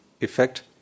effect